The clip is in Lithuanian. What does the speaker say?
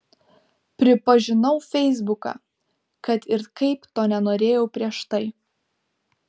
pripažinau feisbuką kad ir kaip to nenorėjau prieš tai